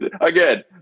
Again